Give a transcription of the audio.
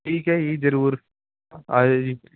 ਠੀਕ ਹੈ ਜੀ ਜ਼ਰੂਰ ਆ ਜਾਇਓ ਜੀ